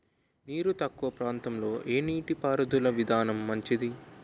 నీరు తక్కువ ప్రాంతంలో ఏ నీటిపారుదల విధానం మంచిది?